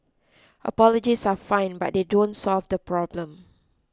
apologies are fine but they don't solve the problem